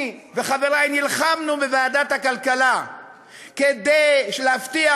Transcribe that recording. אני וחברי נלחמנו בוועדת הכלכלה כדי להבטיח